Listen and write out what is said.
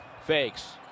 fakes